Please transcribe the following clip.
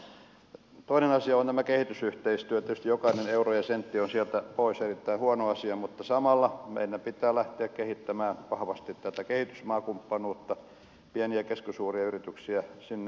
tietysti jokainen euro ja sentti joka on sieltä pois on erittäin huono asia mutta samalla meidän pitää lähteä kehittämään vahvasti tätä kehitysmaakumppanuutta pieniä ja keskisuuria yrityksiä sinne mukaan